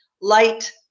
light